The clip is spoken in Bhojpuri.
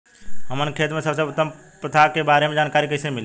हमन के खेती में सबसे उत्तम प्रथा के बारे में जानकारी कैसे मिली?